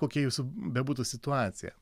kokia jūsų bebūtų situacija